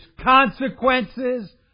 consequences